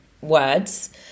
words